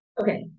Okay